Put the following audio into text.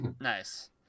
Nice